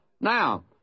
Now